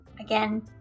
again